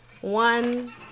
one